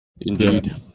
Indeed